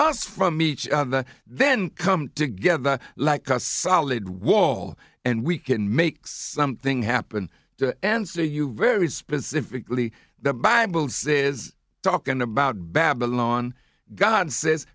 us from each other then come together like a solid wall and we can make something happen to answer you very specifically the bible says talking about babylon god says